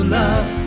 love